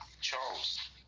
Charles